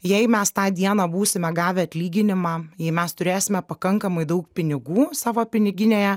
jei mes tą dieną būsime gavę atlyginimą jei mes turėsime pakankamai daug pinigų savo piniginėje